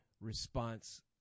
response